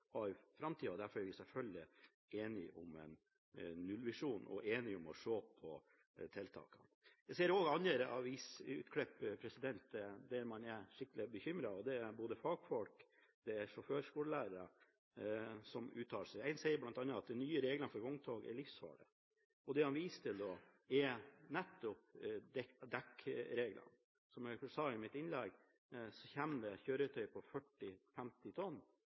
i framtida, og derfor er vi selvfølgelig enige om en nullvisjon og det å se på tiltakene. Jeg ser også andre avisutklipp hvor man er skikkelig bekymret. Det er fagfolk, bl.a. sjåførskolelærere, som uttaler seg. Én sier bl.a. at de nye reglene for vogntog er livsfarlige. Da viser han til dekkreglene. Som jeg sa i mitt innlegg, kommer det kjøretøy på 40–50 tonn